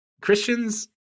Christians